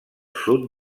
sud